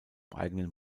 eigenen